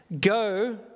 go